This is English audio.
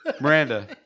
Miranda